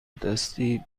دستی